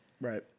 Right